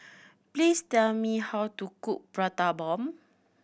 please tell me how to cook Prata Bomb